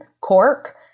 Cork